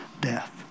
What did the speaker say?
death